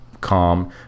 calm